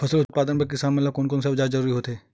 फसल उत्पादन बर किसान ला कोन कोन औजार के जरूरत होथे?